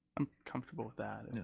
i'm comfortable with that. yeah,